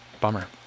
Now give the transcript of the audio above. bummer